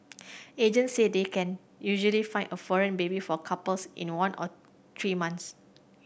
agents say they can usually find a foreign baby for couples in one or three months